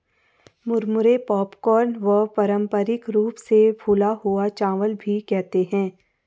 मुरमुरे पॉपकॉर्न व पारम्परिक रूप से फूला हुआ चावल भी कहते है